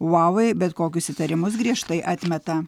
uawei bet kokius įtarimus griežtai atmeta